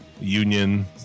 union